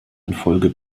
infolge